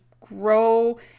grow